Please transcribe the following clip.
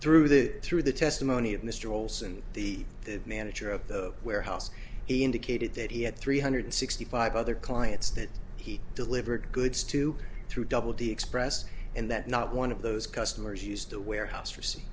through the through the testimony of mr olson the manager of the warehouse he indicated that he had three hundred sixty five other clients that he delivered goods to through double the express and that not one of those customers used the warehouse for see